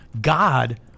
God